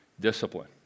discipline